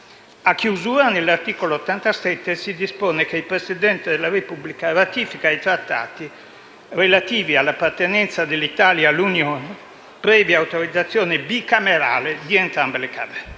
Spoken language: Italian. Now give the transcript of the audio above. A chiusura, nell'articolo 87, si dispone che il Presidente della Repubblica: ratifica i Trattati relativi all'appartenenza dell'Italia all'Unione previa autorizzazione delle Camere, cioè di entrambe le Camere.